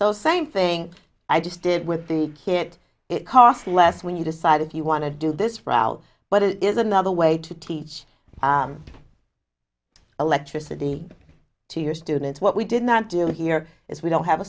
so same thing i just did with the kit it cost less when you decide if you want to do this route but it is another way to teach electricity to your students what we did not do here is we don't have a